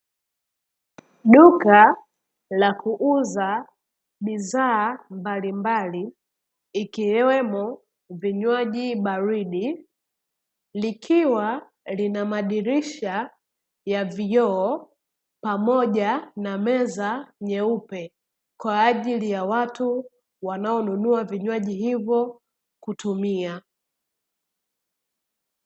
Duka la kuuza bidhaa mbalimbali ikiwemo vinywaji baridi, likiwa lina madirisha ya vioo pamoja na meza nyeupe kwa ajili ya watu wanao nunua vinywaji ivo kutumia.